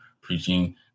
preaching